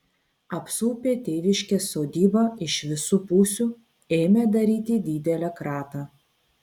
apsupę tėviškės sodybą iš visų pusių ėmė daryti didelę kratą